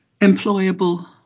employable